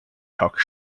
talk